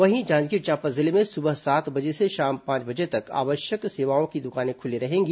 वहीं जांजगीर चांपा जिले में सुबह सात बजे से शाम पांच बजे तक आवश्यक सेवाओं की दुकानें खुली रहेंगी